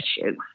issue